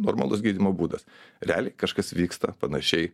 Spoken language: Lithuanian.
normalus gydymo būdas realiai kažkas vyksta panašiai